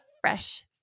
fresh